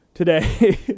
today